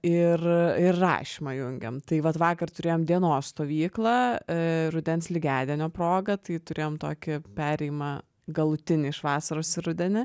ir ir rašymą jungiam tai vat vakar turėjom dienos stovyklą rudens lygiadienio proga tai turėjom tokį perėjmą galutinį iš vasaros į rudenį